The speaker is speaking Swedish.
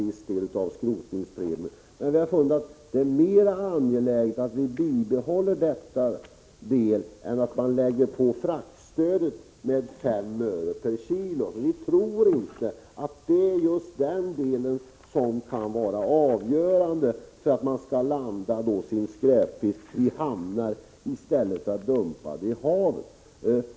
Vi har dock kommit till slutsatsen att det är mera angeläget att vi bibehåller denna del än att vi lägger på ett fraktstöd om 5 öre per kilo. Vi tror inte att den delen kan vara avgörande för att man skall landa sin skräpfisk i hamnar i stället för att dumpa den i havet.